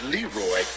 Leroy